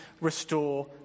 restore